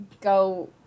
go